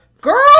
girl